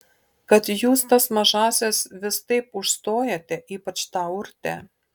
kad jūs tas mažąsias vis taip užstojate ypač tą urtę